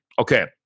Okay